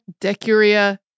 Decuria